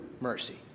mercy